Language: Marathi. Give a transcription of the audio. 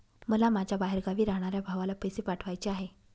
मला माझ्या बाहेरगावी राहणाऱ्या भावाला पैसे पाठवायचे आहे